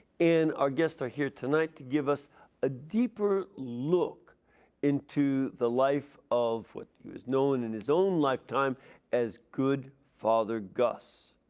our guests are here tonight to give us a deeper look into the life of what he was known in his own lifetime as good father gus.